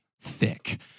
thick